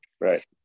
right